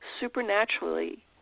supernaturally